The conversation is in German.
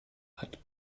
hat